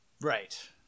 Right